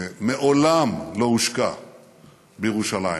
מעולם לא הושקע בירושלים,